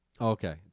Okay